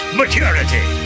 maturity